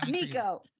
Miko